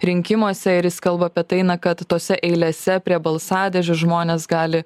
rinkimuose ir jis kalba apie tai kad tose eilėse prie balsadėžių žmonės gali